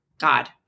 God